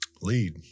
lead